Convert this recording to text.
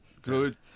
Good